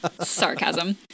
Sarcasm